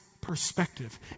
perspective